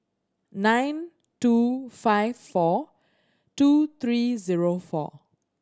nine two five four two three zero four